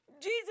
jesus